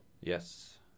Yes